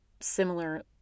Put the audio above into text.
similar